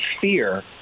fear